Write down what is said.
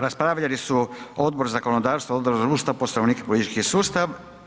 Raspravljali su Odbor za zakonodavstvo, Odbor za Ustav, Poslovnik i politički sustav.